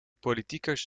politiekers